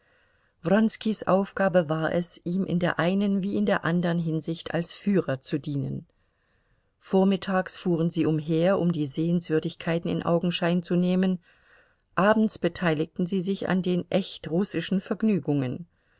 wronskis aufgabe war es ihm in der einen wie in der andern hinsicht als führer zu dienen vormittags fuhren sie umher um die sehenswürdigkeiten in augenschein zu nehmen abends beteiligten sie sich an den echt russischen vergnügungen